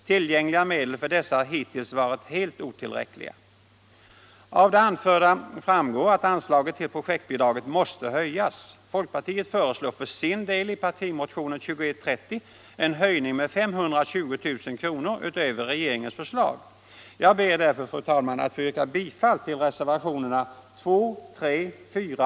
Tillgängliga medel för dessa har hittills varit helt otillräckliga.